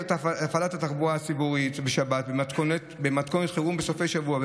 הפעלת התחבורה הציבורית בשבת ובמתכונת חירום בסופי שבוע,